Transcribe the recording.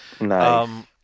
Nice